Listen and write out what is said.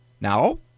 Now